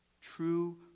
True